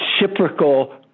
reciprocal